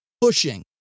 pushing